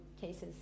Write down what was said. cases